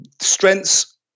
strengths